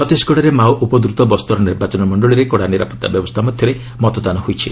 ଛତିଶଗଡ଼ରେ ମାଓ ଉପଦ୍ରତ ବସ୍ତର ନିର୍ବାଚନ ମଣ୍ଡଳୀରେ କଡ଼ା ନିରାପଭା ବ୍ୟବସ୍ଥା ମଧ୍ୟରେ ମତଦାନ ହୋଇଛି